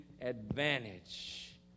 advantage